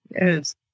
Yes